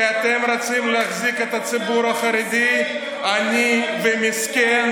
כי אתם רוצים להחזיק את הציבור החרדי עני ומסכן,